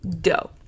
dough